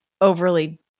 overly